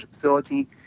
facility